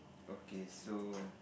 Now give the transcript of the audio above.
okay so